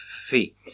fee